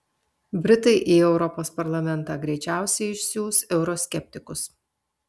britai į europos parlamentą greičiausiai išsiųs euroskeptikus